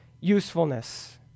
usefulness